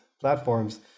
platforms